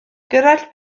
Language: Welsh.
gerallt